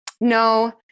No